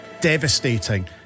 Devastating